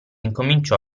incominciò